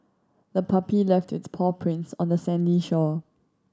the puppy left its paw prints on the sandy shore